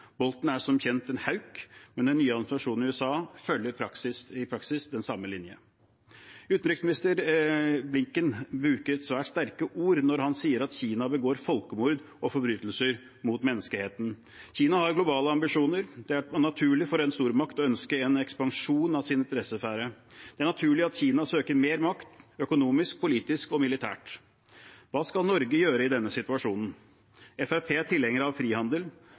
er som kjent en hauk, men den nye administrasjonen i USA følger i praksis den samme linjen. Utenriksminister Blinken bruker svært sterke ord når han sier at Kina begår folkemord og forbrytelser mot menneskeheten. Kina har globale ambisjoner. Det er naturlig for en stormakt å ønske en ekspansjon av sin interessesfære. Det er naturlig at Kina søker mer makt – økonomisk, politisk og militært. Hva skal Norge gjøre i denne situasjonen? Fremskrittspartiet er tilhengere av frihandel